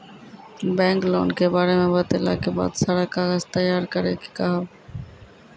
Bank loan के बारे मे बतेला के बाद सारा कागज तैयार करे के कहब?